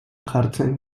jartzen